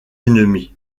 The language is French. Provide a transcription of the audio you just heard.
ennemis